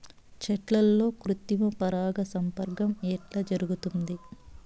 చెట్లల్లో కృత్రిమ పరాగ సంపర్కం ఎట్లా జరుగుతుంది?